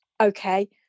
okay